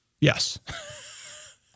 Yes